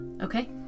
Okay